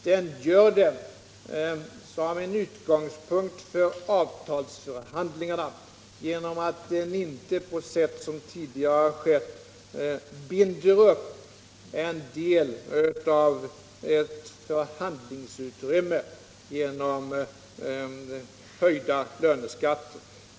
Den gör det som en utgångpunkt för avtalsförhandlingarna genom att den inte på sätt som tidigare har skett binder upp en del av ett förhandlingsutrymme i form av höjda löneskatter.